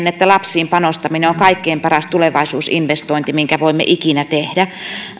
että lapsiin panostaminen on kaikkein paras tulevaisuusinvestointi minkä voimme ikinä tehdä